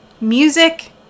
Music